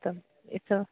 तब यह तो